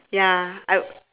ya I